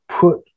put